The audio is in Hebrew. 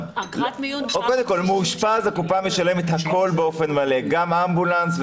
לגבי מאושפז הקופה משלמת הכול באופן מלא: גם אמבולנס,